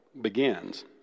begins